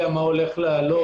לא יודע מה הולך לעלות.